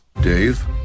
Dave